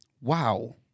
Wow